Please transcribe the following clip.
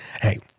hey